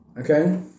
okay